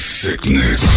sickness